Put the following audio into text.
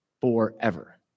forever